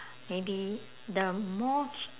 maybe the more ch~